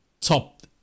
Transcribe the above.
top